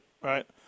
right